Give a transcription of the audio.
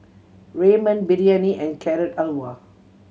Ramen Biryani and Carrot Halwa